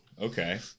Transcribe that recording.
Okay